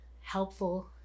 helpful